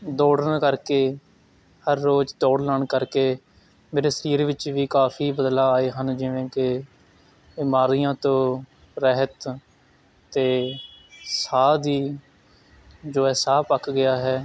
ਦੌੜਨ ਕਰਕੇ ਹਰ ਰੋਜ਼ ਦੌੜ ਲਾਣ ਕਰਕੇ ਮੇਰੇ ਸਰੀਰ ਵਿੱਚ ਵੀ ਕਾਫੀ ਬਦਲਾਅ ਆਏ ਹਨ ਜਿਵੇ ਕਿ ਬਿਮਾਰੀਆਂ ਤੋਂ ਰਹਿਤ ਅਤੇ ਸਾਹ ਦੀ ਜੋ ਹੈ ਸਾਹ ਪੱਕ ਗਿਆ ਹੈ